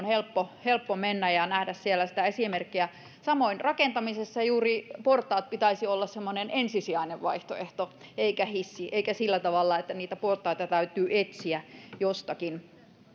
helppo helppo mennä ja nähdä siellä sitä esimerkkiä samoin rakentamisessa juuri portaiden pitäisi olla semmoinen ensisijainen vaihtoehto eikä hissi eikä sillä tavalla että niitä portaita täytyy etsiä jostakin